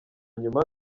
nyuma